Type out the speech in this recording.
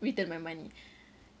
return my money